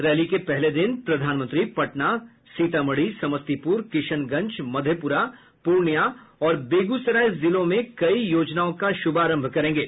rally के पहले दिन प्रधानमंत्री पटना सीतामढ़ी समस्तीपुर किशनगंज मधेपुरा पूर्णियां और बेगूसराय जिलों में कई योजनाओं का शुभारंभ करेंगे